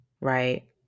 Right